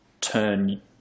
turn